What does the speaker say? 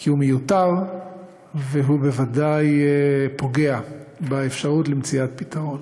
כי הוא מיותר והוא בוודאי פוגע באפשרות למציאת פתרון.